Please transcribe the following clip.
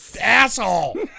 asshole